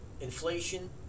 inflation